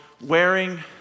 wearing